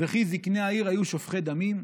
וכי זקני העיר היו שופכי דמים?